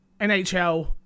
NHL